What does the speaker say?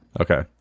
Okay